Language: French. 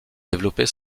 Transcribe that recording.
développer